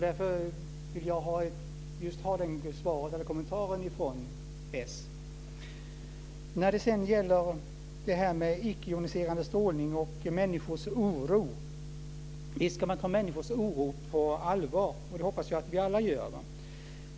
Därför ville jag ha just den kommentaren från s. När det sedan gäller icke joniserande strålning och människors oro vill jag säga att man ska ta människors oro på allvar. Det hoppas jag att vi alla gör.